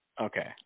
Okay